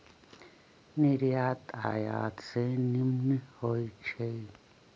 निर्यात आयात से निम्मन होइ छइ